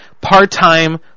part-time